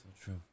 true